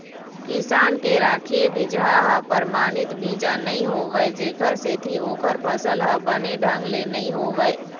किसान के राखे बिजहा ह परमानित बीजा नइ होवय जेखर सेती ओखर फसल ह बने ढंग ले नइ होवय